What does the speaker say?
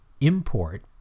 import